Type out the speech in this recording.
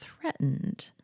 threatened